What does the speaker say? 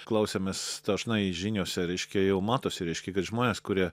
klausėmės dažnai žiniose reiškia jau matosi reiškia kad žmonės kurie